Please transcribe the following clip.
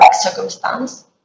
circumstance